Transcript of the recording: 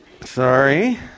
sorry